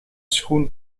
schoen